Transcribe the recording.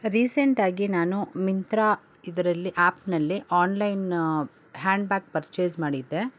recent ಆಗಿ ನಾನು ಮಿಂತ್ರಾ ಇದ್ರಲ್ಲಿ ಆ್ಯಪ್ನಲ್ಲಿ ಆನ್ಲೈನ್ ಹ್ಯಾಂಡ್ ಬ್ಯಾಗ್ ಪರ್ಚೇಸ್ ಮಾಡಿದ್ದೆ